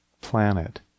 planet